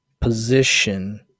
position